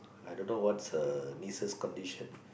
I don't know what's her nieces condition